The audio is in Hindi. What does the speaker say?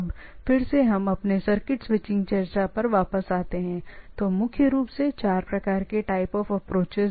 अब फिर से अगर हम अपने सर्किट स्विचिंग चर्चा पर वापस आते हैं तो मुख्य रूप से बुनियादी चार प्रकार की चीजें हैं टाइप ऑफ अप्रोचएस